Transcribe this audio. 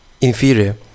inferior